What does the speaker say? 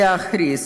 להכריז.